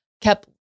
kept